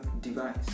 device